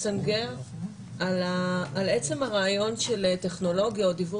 לסנגר על עצם הרעיון של טכנולוגיה או דיוור